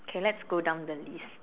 okay let's go down the list